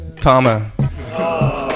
Tama